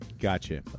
Gotcha